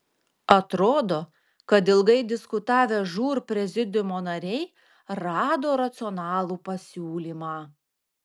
atrodo kad ilgai diskutavę žūr prezidiumo nariai rado racionalų pasiūlymą